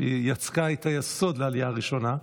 שהיא יצקה את היסוד לעלייה הראשונה,